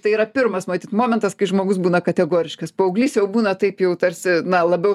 tai yra pirmas matyt momentas kai žmogus būna kategoriškas paauglys jau būna taip jau tarsi na labiau